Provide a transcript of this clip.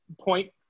point